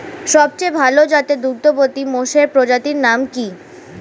সবচেয়ে ভাল জাতের দুগ্ধবতী মোষের প্রজাতির নাম কি?